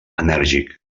enèrgic